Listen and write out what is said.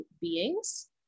beings